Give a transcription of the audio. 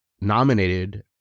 nominated